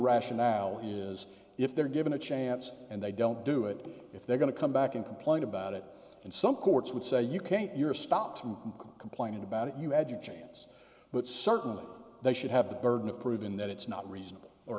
rationale is if they're given a chance and they don't do it if they're going to come back and complain about it and some courts would say you can't you're stopped complaining about it you had your chance but certainly they should have the burden of proving that it's not reasonable or